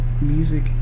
music